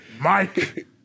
Mike